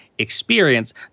experience